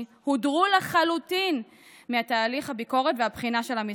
הודרו לחלוטין מתהליך הביקורת והבחינה של המשרד,